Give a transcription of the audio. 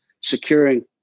securing